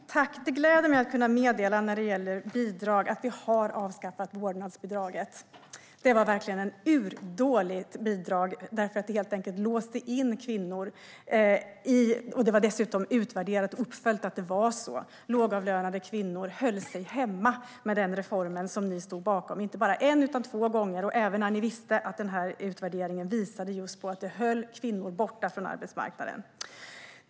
Fru ålderspresident! Det gläder mig att meddela att i fråga om bidrag har vi avskaffat vårdnadsbidraget. Det var verkligen ett urdåligt bidrag. Det låste in kvinnor. Det var utvärderat och uppföljt att det var så. Lågavlönade kvinnor höll sig hemma med den reform ni stod bakom, inte bara en utan två gånger, även när ni visste att utvärderingen visade att bidraget höll kvinnor borta från arbetsmarknaden.